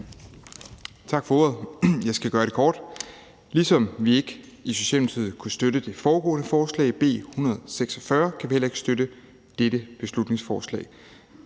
Tak for ordet. Jeg skal gøre det kort. Ligesom vi ikke i Socialdemokratiet kunne støtte det foregående forslag, B 146, kan vi heller ikke støtte dette beslutningsforslag.